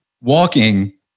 Walking